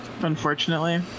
Unfortunately